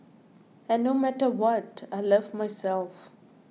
and no matter what I love myself